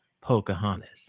Pocahontas